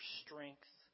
strength